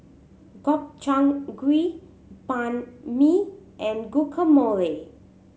Gobchang Gui Banh Mi and Guacamole